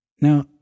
Now